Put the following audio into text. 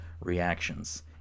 reactions